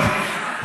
טוב.